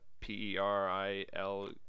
p-e-r-i-l